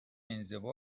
انزوا